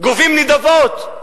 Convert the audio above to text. גובים נדבות,